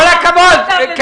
כל הכבוד לך.